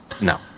No